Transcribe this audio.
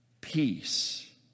peace